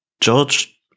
George